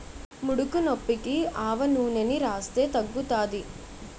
ముడుకునొప్పికి ఆవనూనెని రాస్తే తగ్గుతాది